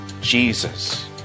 Jesus